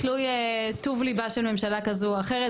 תלוי טוב ליבה של ממשלה כזו או אחרת,